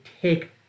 take